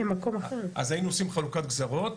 אז היינו עושים חלוקת גזרות,